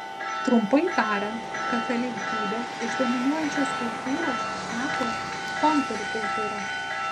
trumpai tariant katalikybė iš dominuojančios kultūros tapo kontrkultūra